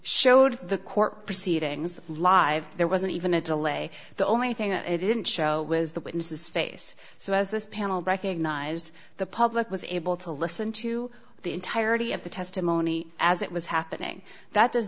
showed the court proceedings live there wasn't even a delay the only thing that it isn't show was the witnesses face so as this panel recognized the public was able to listen to the entirety of the testimony as it was happening that does